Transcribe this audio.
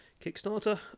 Kickstarter